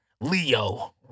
Leo